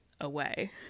away